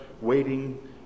waiting